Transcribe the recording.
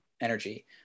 energy